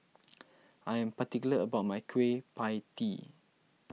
I am particular about my Kueh Pie Tee